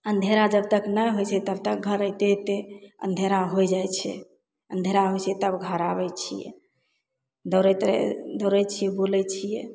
अन्धेरा जब तक नहि होइ छै तब तक घर अइते अइते अन्धेरा हो जाइ छै अन्धेरा होइ छै तब घर आबय छियै दौड़ैत दौड़य छियै बूलय छियै